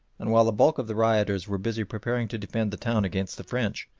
and while the bulk of the rioters were busy preparing to defend the town against the french,